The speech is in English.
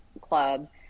club